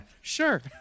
Sure